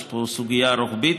יש פה סוגיה רוחבית.